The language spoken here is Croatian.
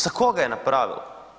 Za koga je napravila?